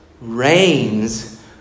reigns